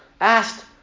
asked